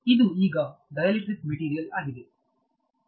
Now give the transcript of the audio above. ಇದು ಈಗ dielectric material ಆಗಿದೆ